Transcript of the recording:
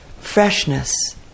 freshness